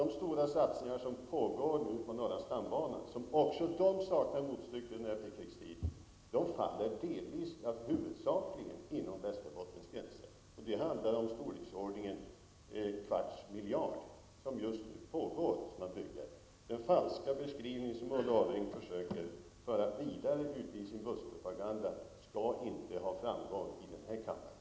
De stora satsningar som pågår på norra stambanan och som även de saknar motstycke under efterkrigstiden faller huvudsakligen inom Västerbottens gränser. De handlar om projekt som just nu pågår och som har storleksordningen en kvarts miljard kronor. Den falska beskrivning som Ulla Orring försöker föra vidare i sin buskpropaganda skall inte ha framgång i den här kammaren.